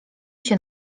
się